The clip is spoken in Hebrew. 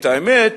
את האמת,